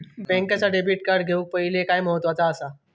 बँकेचा debit card घेउक पाहिले काय महत्वाचा असा?